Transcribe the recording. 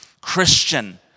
Christian